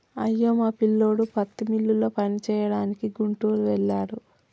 అయ్యో మా పిల్లోడు పత్తి మిల్లులో పనిచేయడానికి గుంటూరు వెళ్ళాడు